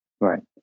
Right